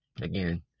Again